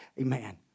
Amen